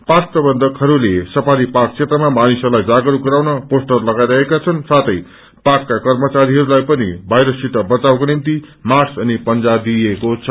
park प्रबन्धकहरूले safari park क्षेत्रमा मानिसहरूलाई जागरूक गराउन पोस्टर लगाईरहेका छन् साथै पार्कका कर्मखरीहरूलाई पनि वायरससित वचावको निम्ति मास्क अनि पंजा दिइएको छ